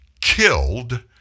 killed